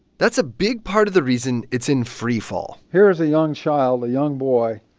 that's a big part of the reason it's in freefall here is a young child a young boy.